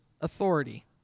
authority